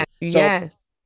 yes